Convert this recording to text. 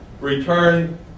Return